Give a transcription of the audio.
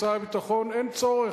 ממשרד הביטחון: אין צורך,